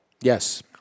Yes